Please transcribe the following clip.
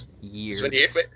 years